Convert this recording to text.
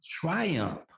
triumph